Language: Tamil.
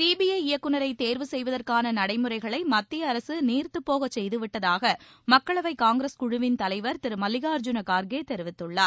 சிபிஐ இயக்குநரை தேர்வு செய்வதற்கான நடைமுறைகளை மத்திய அரசு நீர்த்தப்போகச் செய்து விட்டதாக மக்களவை காங்கிரஸ் குழுவின் தலைவர் திரு மல்லிகார்ஜூன கார்கே தெரிவித்துள்ளார்